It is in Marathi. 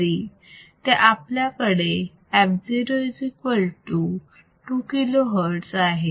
तरी ते आपल्याकडे fo2 kilo hertz आहे